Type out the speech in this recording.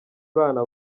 bana